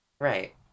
Right